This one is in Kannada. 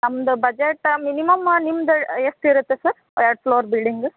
ನಮ್ದ ಬಜೆಟ್ ಮಿನಿಮಮ್ ನಿಮ್ದ ಎಷ್ಟು ಇರುತ್ತೆ ಸರ್ ಫ್ಲೋರ್ ಬಿಲ್ಡಿಂಗ್